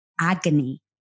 agony